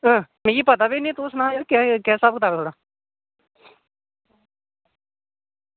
मिगी पता बी निं यरा तू सना केह् स्हाब कताब ऐ थुआढ़ा